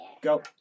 Go